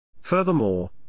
Furthermore